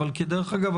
אבל דרך אגב,